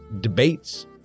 debates